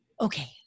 okay